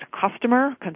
customer